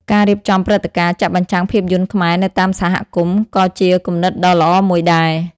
ការរៀបចំព្រឹត្តិការណ៍ចាក់បញ្ចាំងភាពយន្តខ្មែរនៅតាមសហគមន៍ក៏ជាគំនិតដ៏ល្អមួយដែរ។